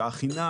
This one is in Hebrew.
שעה חינם,